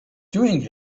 doing